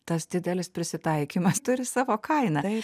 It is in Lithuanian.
tas didelis prisitaikymas turi savo kainą